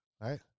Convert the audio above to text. Right